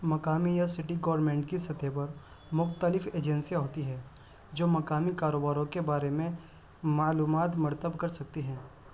مقامی یا city government کی سطح پر مختلف ایجنسیاں ہوتی ہے جو مقامی کاروباروں کے بارے میں معلومات مرتب کر سکتی ہیں